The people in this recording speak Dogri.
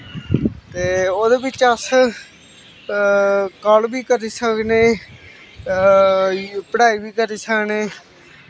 ते ओह्दे बिच्च अस काल बी करी सकनें पढ़ाई बी करी सकनें